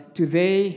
today